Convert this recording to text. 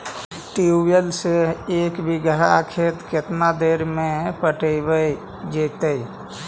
Tubewell से एक बिघा खेत केतना देर में पटैबए जितै?